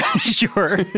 Sure